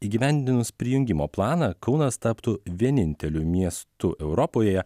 įgyvendinus prijungimo planą kaunas taptų vieninteliu miestu europoje